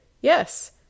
Yes